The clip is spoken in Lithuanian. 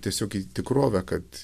tiesiog į tikrovę kad